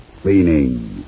cleaning